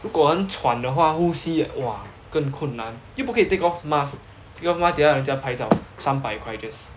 如果很喘的话呼吸 !wah! 更困难又不可以 take off mask take off mask 等一下人家拍照三百块 just